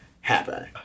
happen